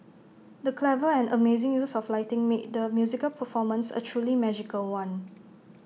the clever and amazing use of lighting made the musical performance A truly magical one